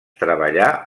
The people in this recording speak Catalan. treballà